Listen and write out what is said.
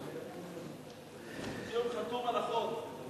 ציון חתום על החוק.